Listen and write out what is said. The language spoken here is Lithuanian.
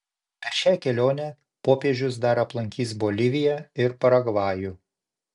per šią kelionę popiežius dar aplankys boliviją ir paragvajų